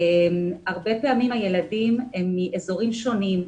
הרבה פעמים הילדים הם מאזורים שונים,